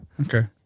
Okay